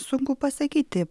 sunku pasakyti